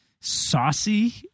saucy